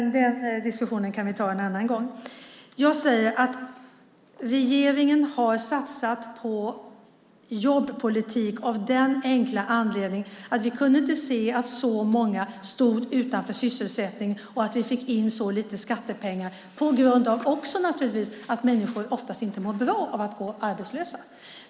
Den diskussionen kan vi dock ta en annan gång. Regeringen har satsat på jobbpolitiken av den enkla anledningen att vi inte kunde se på när så många stod utanför sysselsättningen och vi fick in så lite skattepengar, och naturligtvis också för att människor oftast inte mår bra av att gå arbetslösa.